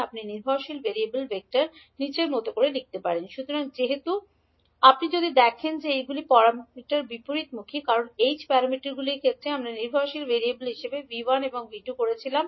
আপনি নির্ভরশীল variable vector হিসাবে লিখতে পারেন সুতরাং যেহেতু আপনি যদি দেখেন যে এইগুলি প্যারামিটারগুলির বিপরীতমুখী কারণ এইচ প্যারামিটারগুলির ক্ষেত্রে আমরা নির্ভরশীল ভেরিয়েবল হিসাবে 𝐕1 এবং V2 করছিলাম